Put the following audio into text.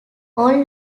all